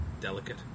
delicate